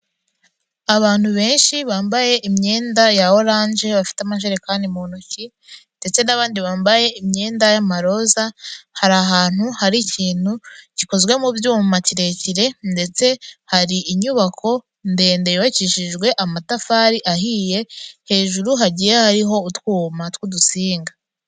Abantu benshi bambaye imyenda ya orange bafite amajerekani mu ntoki, ndetse n'abandi bambaye imyenda y'amaroza hari ahantu hari ikintu gikozwe mu byuma kirekire ndetse hari inyubako ndende yubakishijwe amatafari ahiye hejuru hagiye hariho utwuboma tw'udusinga.